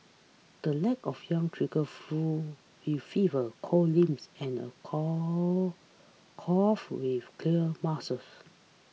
the lack of yang triggers flu with fever cold limbs and a call cough with clear mucus